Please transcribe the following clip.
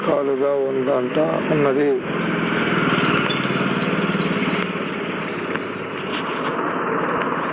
భారత దేశంలో ఆదాయ పన్ను అయిదు రకాలుగా వుంటది